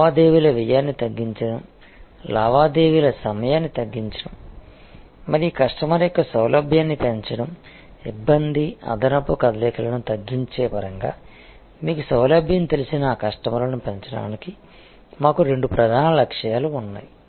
లావాదేవీల వ్యయాన్ని తగ్గించడం లావాదేవీల సమయాన్ని తగ్గించడం మరియు కస్టమర్ యొక్క సౌలభ్యాన్ని పెంచడం ఇబ్బంది అదనపు కదలికలను తగ్గించే పరంగా మీకు సౌలభ్యం తెలిసిన కస్టమర్లను పెంచడానికి మాకు రెండు ప్రధాన లక్ష్యాలు ఉన్నాయి